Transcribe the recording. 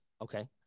Okay